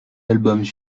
albums